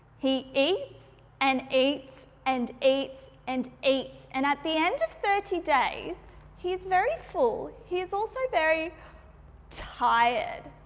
he eats and eats and eats and eats and at the end of thirty days he's very full, he's also very tired,